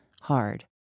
hard